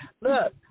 look